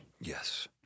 Yes